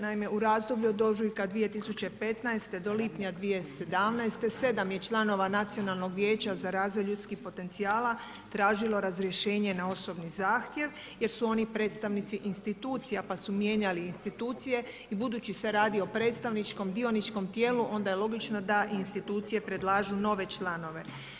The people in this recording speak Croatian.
Naime, u razdoblju od ožujka 2015. do lipnja 2017. sedam je članova Nacionalnog vijeća za razvoj ljudskih potencijala tražilo razrješenje na osobni zahtjev jer su oni predstavnici institucija pa su mijenjali institucije i budući se radi o predstavničkom, dioničkom tijelu onda je logično da i institucije predlažu nove članove.